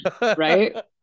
right